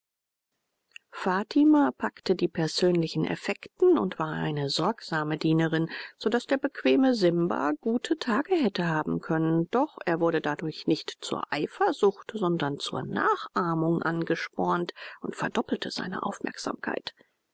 fatima packte die persönlichen effekten und war eine sorgsame dienerin so daß der bequeme simba gute tage hätte haben können doch er wurde dadurch nicht zur eifersucht sondern zur nachahmung angespornt und verdoppelte seine aufmerksamkeit